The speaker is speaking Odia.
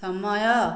ସମୟ